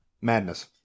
madness